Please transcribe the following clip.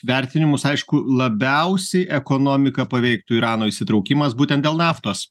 vertinimus aišku labiausiai ekonomiką paveiktų irano įsitraukimas būtent dėl naftos